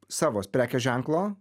savo prekės ženklo